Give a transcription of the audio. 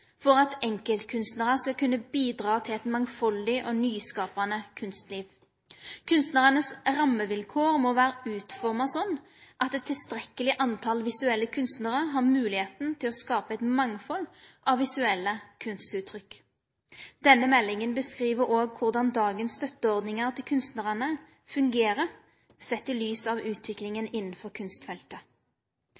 for at enkeltkunstnarar skal kunne bidra til eit mangfaldig og nyskapande kunstliv. Kunstnaranes rammevilkår må vere utforma slik at eit tilstrekkeleg tal på visuelle kunstnarar har moglegheit til å skape eit mangfald av visuelle kunstuttrykk. Denne meldinga beskriv òg korleis dagens støtteordningar til kunstnarane fungerer sett i lys av utviklinga